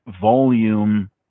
volume